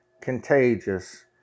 contagious